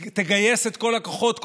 תגייס את כל הכוחות,